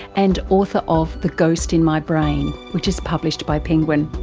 and author of the ghost in my brain which is published by penguin.